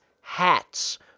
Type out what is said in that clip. hats